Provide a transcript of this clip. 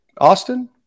austin